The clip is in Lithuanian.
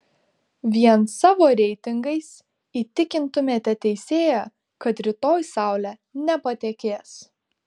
vien savo reitingais įtikintumėte teisėją kad rytoj saulė nepatekės